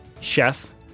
chef